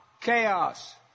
chaos